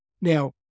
Now